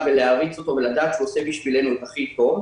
ולהעריץ אותו ולדעת שהוא עושה בשבילנו את הכי טוב,